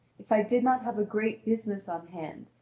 if i did not have a great business on hand,